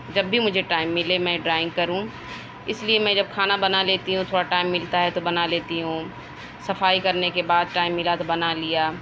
جب بھی مجھے ٹائم مِلے میں ڈرائنگ کروں اِس لئے میں جب کھانا بنا لیتی ہوں تھوڑا ٹائم ملتا ہے تو بنا لیتی ہوں صفائی کرنے کے بعد ٹائم ملا تو بنا لیا